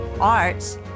arts